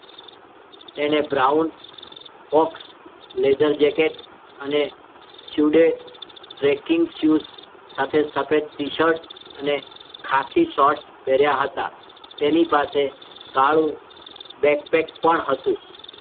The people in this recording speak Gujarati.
તેણે બ્રાઉન ફોક્સ લેધર જેકેટ અને સ્યુડે ટ્રેકિંગ શ્યુસ સાથે સફેદ ટીશર્ટ અને ખાખી શોર્ટ્સ પહેર્યા હતા તેની પાસે કાળું બેકપેક પણ હતું